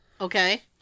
Okay